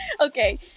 Okay